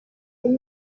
con